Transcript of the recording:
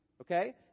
okay